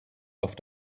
auf